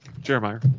Jeremiah